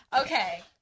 Okay